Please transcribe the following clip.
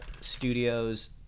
studios